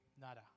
Nada